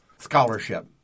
Scholarship